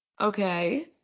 Okay